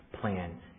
plan